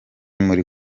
muri